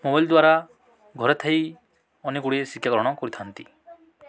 mobile ଦ୍ୱାରା ଘରେ ଥାଇ ଅନେକ ଗୁଡ଼ିଏ ଶିକ୍ଷା ଗ୍ରହଣ କରିଥାନ୍ତି